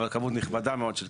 אבל כמות נכבדה של כסף.